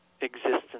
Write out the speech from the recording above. existence